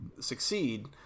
succeed